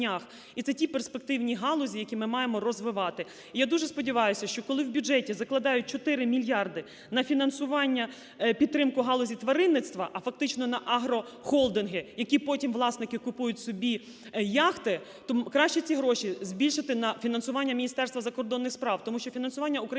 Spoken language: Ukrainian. І це ті перспективні галузі, які ми маємо розвивати. Я дуже сподіваюся, що коли в бюджеті закладають 4 мільярди на фінансування, підтримку галузі тваринництва, а фактично наагрохолдинги, які потім власники купують собі яхти, то краще ці гроші збільшити на фінансування Міністерства закордонних справ.